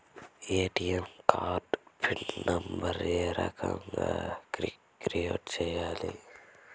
ATM card pin number ఏ రకంగా create సేయాలి